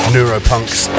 Neuropunks